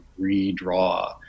redraw